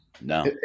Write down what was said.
No